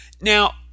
Now